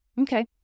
Okay